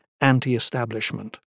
anti-establishment